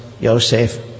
Yosef